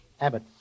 Abbott